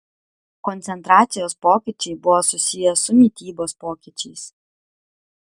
koncentracijos pokyčiai buvo susiję su mitybos pokyčiais